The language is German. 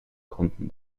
konnten